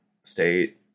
state